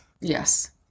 Yes